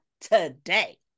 today